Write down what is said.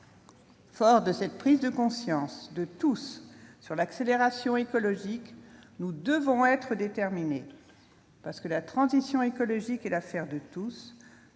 Forts de cette prise de conscience commune sur la nécessité d'une accélération écologique, nous devons être déterminés. Parce que la transition écologique est l'affaire de tous,